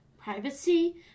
privacy